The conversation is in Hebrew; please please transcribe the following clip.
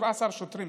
17 שוטרים,